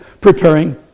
preparing